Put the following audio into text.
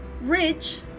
rich